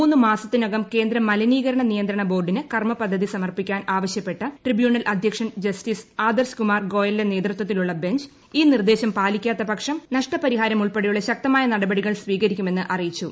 മൂന്ന് മാസത്തിനകം കേന്ദ്ര മലിനീകരണ നിയന്ത്രണ ബ്രോർഡിന് കർമപദ്ധതി സമർപ്പിക്കാൻ ആവശ്യപ്പെട്ട ട്രിബ്യൂണൽ അശ്ദൃക്ഷ്ടൻ ജസ്റ്റിസ് ആദർശ് കുമാർ ഗോയലിന്റെ നേതൃത്വത്തിലുള്ളിബെഞ്ച് ഈ നിർദ്ദേശം പാലിക്കാത്ത പക്ഷം നഷ്ടപരിഹാരമുൾപ്പെട്ടെയുള്ള ശക്തമായ നടപടികൾ സ്വീകരിക്കുമെന്നും അറിയിച്ചു